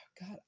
God